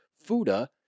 Fuda